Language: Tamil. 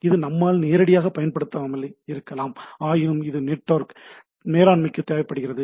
இது நம்மால் நேரடியாகப் பயன்படுத்தப்படாமல் இருக்கலாம் ஆயினும் இது நெட்வொர்க் மேலான்மைக்குத் தேவைப்படுகிறது